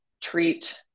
treat